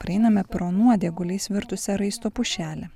praeiname pro nuodėguliais virtusią raisto pušelę